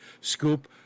Scoop